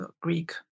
Greek